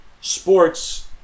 Sports